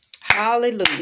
Hallelujah